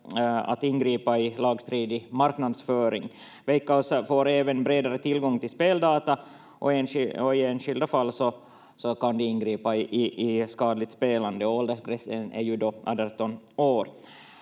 att ingripa i lagstridig marknadsföring. Veikkaus får även bredare tillgång till speldata och i enskilda fall kan de ingripa i skadligt spelande. Åldersgränsen är ju 18 år.